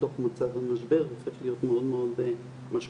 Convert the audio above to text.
בתוך מצב משבר, הופך להיות מאוד מאוד משמעותי.